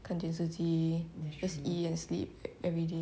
看电视机 just eat and sleep everyday